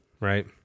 right